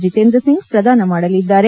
ಜಿತೇಂದ್ರ ಸಿಂಗ್ ಪ್ರದಾನ ಮಾಡಲಿದ್ದಾರೆ